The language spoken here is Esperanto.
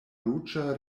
ruĝa